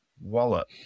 Wallet